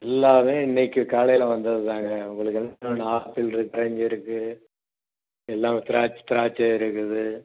எல்லாமே இன்றைக்கு காலையில் வந்ததுதாங்க உங்களுக்கு ஆப்பிள் இருக்குது இருக்குது எல்லாமே திராட்சை திராட்சை இருக்குது